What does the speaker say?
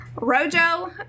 rojo